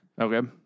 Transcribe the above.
Okay